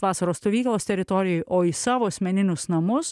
vasaros stovyklos teritorijoj o į savo asmeninius namus